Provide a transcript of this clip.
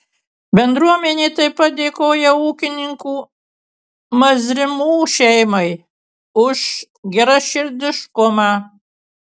bendruomenė taip pat dėkoja ūkininkų mazrimų šeimai už geraširdiškumą